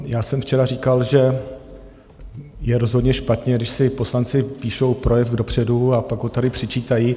Já jsem včera říkal, že je rozhodně špatně, když si poslanci píšou projev dopředu a pak ho tady předčítají.